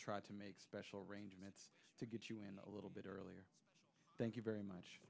try to make special arrangements to get you in a little bit earlier thank you very much